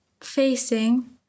facing